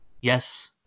yes